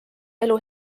elu